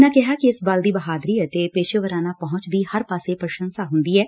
ਉਨ੍ਹਾਂ ਕਿਹਾ ਕਿ ਇਸ ਬਲ ਦੀ ਬਹਾਦਰੀ ਅਤੇ ਪੇਸ਼ੇਵਰਾਨਾ ਪਹੁੰਚ ਦੀ ਹਰ ਪਾਸੇ ਪ੍ਰਸੰਸ਼ਾ ਹੁੰਦੀ ਏ